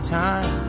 time